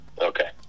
Okay